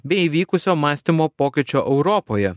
bei įvykusio mąstymo pokyčio europoje